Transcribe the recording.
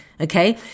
okay